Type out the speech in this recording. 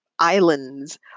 islands